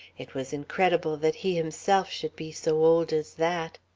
it was incredible that he himself should be so old as that.